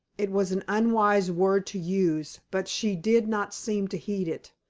it was an unwise word to use, but she did not seem to heed it.